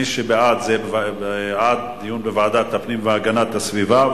מי שבעד, זה בעד דיון בוועדת הפנים והגנת הסביבה.